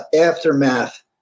aftermath